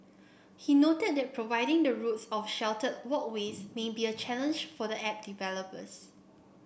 he noted that providing the routes of sheltered walkways may be a challenge for the app developers